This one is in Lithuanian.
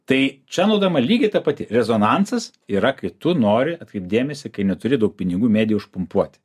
tai čia naudojama lygiai ta pati rezonansas yra kai tu nori atkreipt dėmesį kai neturi daug pinigų medį išpumpuot